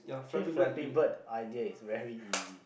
actually Flappy-Bird idea is very easy